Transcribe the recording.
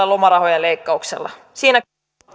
lomarahojen leikkauksen siinä